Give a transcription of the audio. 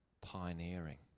pioneering